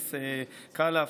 איריס כלאלף,